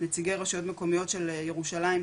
נציגי רשויות מקומיות של ירושלים,